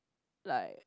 like